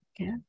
Okay